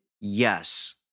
yes